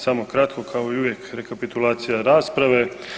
Samo kratko, kao i uvijek rekapitulacija rasprave.